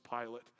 Pilate